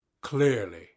Clearly